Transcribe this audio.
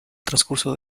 transcurso